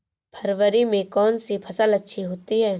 फरवरी में कौन सी फ़सल अच्छी होती है?